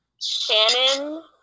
Shannon